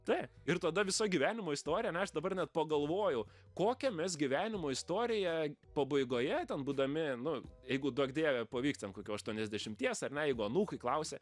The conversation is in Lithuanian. taip ir tada viso gyvenimo istorija ane aš dabar net pagalvojau kokią mes gyvenimo istoriją pabaigoje ten būdami nu jeigu duok dieve pavyks ten kokių aštuoniasdešimties ar ne jeigu anūkai klausia